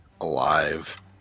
alive